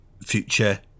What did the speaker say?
future